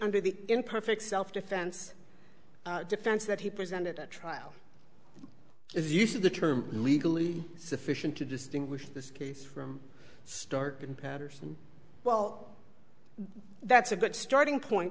under the imperfect self defense defense that he presented at trial if you see the term legally sufficient to distinguish this case from stark in patterson well that's a good starting point